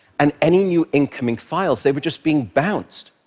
and any new incoming files they were just being bounced.